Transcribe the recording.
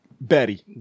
Betty